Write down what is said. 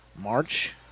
March